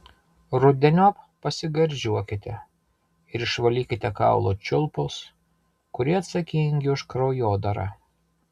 rudeniop pasigardžiuokite ir išvalykite kaulų čiulpus kurie atsakingi už kraujodarą